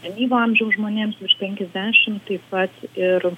senyvo amžiaus žmonėms virš penkiasdešim taip pat ir